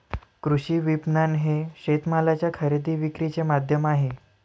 कृषी विपणन हे शेतमालाच्या खरेदी विक्रीचे माध्यम आहे